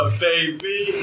baby